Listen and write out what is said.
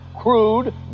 crude